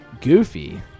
Goofy